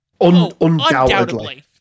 Undoubtedly